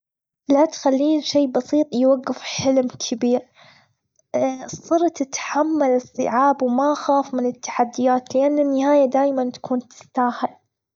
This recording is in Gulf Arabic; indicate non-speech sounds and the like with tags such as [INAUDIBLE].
لا تخلين شي بسيط يوجف حلم تبير [HESITATION] صرت أحتمل الصعاب وما أخاف من التحديات ياللي النهاية دايمًا بتكون تستاهل.